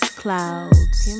clouds